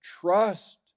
trust